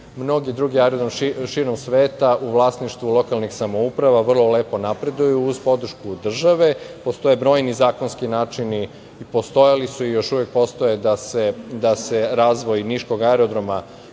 mnogi drugi aerodromi širom sveta u vlasništvu lokalnih samouprava vrlo lepo napreduju uz podršku države. Postoje brojni zakonski načini i postojali su i još uvek postoje, da se razvoj niškog aerodroma